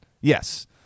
Yes